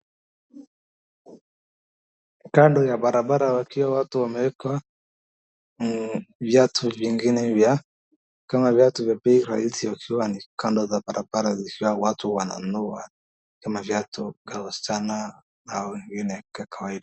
Kando ya barabara wakiwa watu wameeka viatu vingine vya, kama viatu vya bei rahisi wakiwa ni kando za barabara zikiwa watu wananunua kama viatu vya wasichana na wengine vya kawaida.